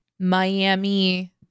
Miami